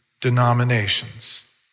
denominations